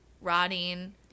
rotting